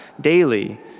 daily